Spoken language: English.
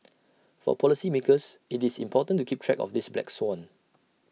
for policymakers IT is important to keep track of this black swan